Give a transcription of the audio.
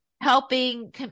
helping